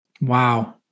wow